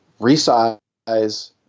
resize